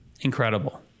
Incredible